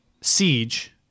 siege